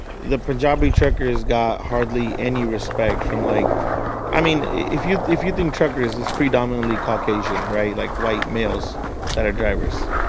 the punjabi truckers got hardly any respect from like i mean, if you if you think truckers is predominantly caucasian, right like white males that are drivers.